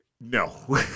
No